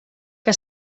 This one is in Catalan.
que